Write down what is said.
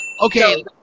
okay